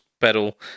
pedal